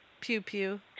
pew-pew